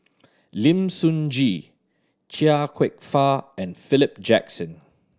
Lim Sun Gee Chia Kwek Fah and Philip Jackson